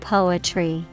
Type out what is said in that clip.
Poetry